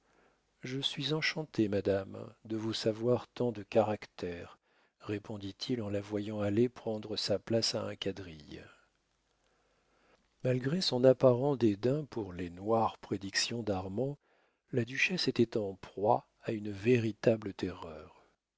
je suis enchanté madame de vous savoir tant de caractère répondit-il en la voyant aller prendre sa place à un quadrille malgré son apparent dédain pour les noires prédictions d'armand la duchesse était en proie à une véritable terreur